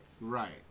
Right